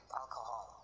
alcohol